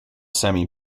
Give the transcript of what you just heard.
semi